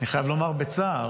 אני חייב לומר בצער,